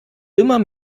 immer